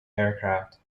aircraft